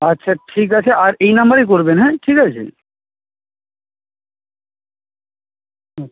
আচ্ছা ঠিক আছে আর এই নাম্বারেই করবেন হ্যাঁ ঠিক আছে হুম